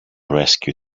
rescue